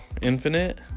Infinite